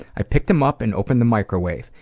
i picked him up and opened the microwave.